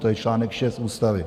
To je článek 6 Ústavy.